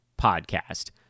podcast